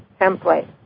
template